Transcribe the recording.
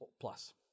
plus